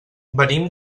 venim